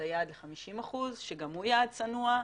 היעד ל-50 אחוזים שגם הוא יעד צנוע,